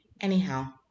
anyhow